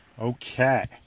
okay